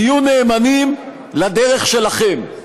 שתהיו נאמנים לדרך שלכם.